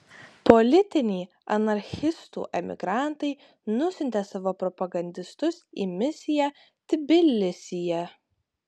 politiniai anarchistų emigrantai nusiuntė savo propagandistus į misiją tbilisyje